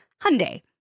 Hyundai